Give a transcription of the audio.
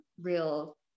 real